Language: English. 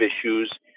issues